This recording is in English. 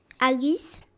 Alice